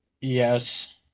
yes